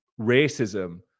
racism